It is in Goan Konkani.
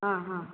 हां हांं